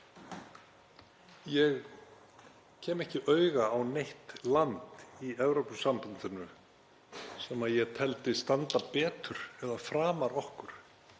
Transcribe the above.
ég kem ekki auga á neitt land í Evrópusambandinu sem ég tel standa betur eða framar okkur